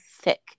thick